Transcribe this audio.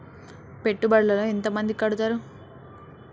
పెట్టుబడుల లో ఎంత మంది కడుతరు?